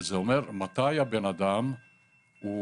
זה אומר, מתי הבנאדם הוא